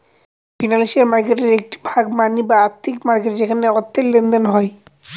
financial মার্কেটের একটি ভাগ মানি বা আর্থিক মার্কেট যেখানে অর্থের লেনদেন হয়